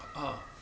!huh!